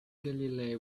galilei